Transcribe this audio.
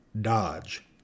Dodge